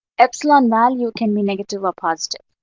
epsilon value can be negative or positive,